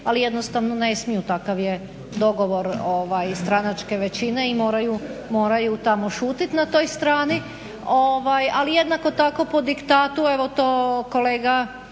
ali jednostavno ne smiju, takav je dogovor stranačke većine i moraju tamo šutjet na strani. Ali jednako tako po diktatu evo to kolega